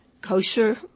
kosher